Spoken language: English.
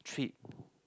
trip